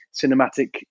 cinematic